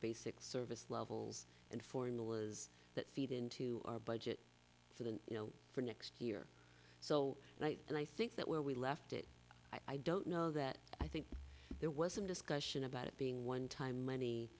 basic service levels and for in the was that feed into our budget for the you know for next year so knight and i think that where we left it i don't know that i think there was some discussion about it being one time money